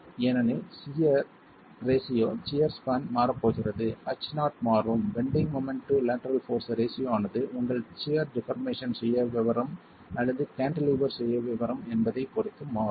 ஏனெனில் shear ratio shear span மாறப்போகிறது h0 மாறும் bending moment to lateral force ratio ஆனது உங்கள் சியர் டிபார்மேசன் சுயவிவரம் அல்லது கான்டிலீவர் சுயவிவரம் என்பதைப் பொறுத்து மாறும்